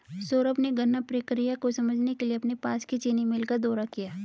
सौरभ ने गन्ना प्रक्रिया को समझने के लिए अपने पास की चीनी मिल का दौरा किया